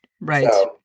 Right